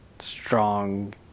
strong